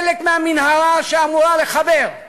חלק מהמנהרה שאמורה לחבר את